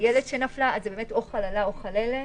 חיילת שנפלה, זה יהיה חללה או חללת.